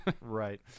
Right